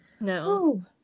no